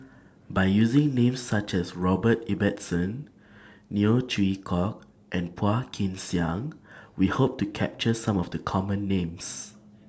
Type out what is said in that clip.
By using Names such as Robert Ibbetson Neo Chwee Kok and Phua Kin Siang We Hope to capture Some of The Common Names